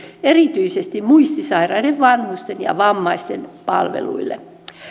erityisesti muistisairaiden vanhusten ja vammaisten palveluille